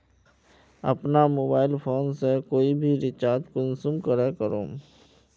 अपना mobile phone से कोई भी रिचार्ज कुंसम करे करूम?